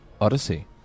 Odyssey